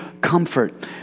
comfort